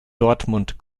dortmund